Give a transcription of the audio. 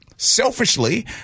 Selfishly